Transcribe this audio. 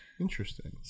interesting